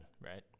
Right